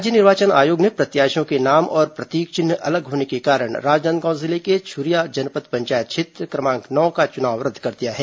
राज्य निर्वाचन आयोग ने प्रत्याशियों के नाम और प्रतीक चिन्ह अलग होने के कारण राजनांदगांव जिले के छुरिया जनपद पंचायत क्षेत्र क्रमांक नौ का चुनाव रद्द कर दिया है